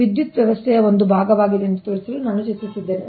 ವಿದ್ಯುತ್ ವ್ಯವಸ್ಥೆಯ ಒಂದು ಭಾಗವಿದೆ ಎಂದು ತೋರಿಸಲು ನಾನು ಚಿತ್ರಿಸಿದ್ದೇನೆ